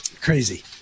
Crazy